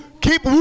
keep